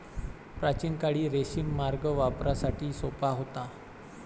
प्राचीन काळी रेशीम मार्ग व्यापारासाठी सोपा होता